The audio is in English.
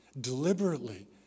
deliberately